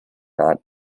not